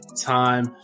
time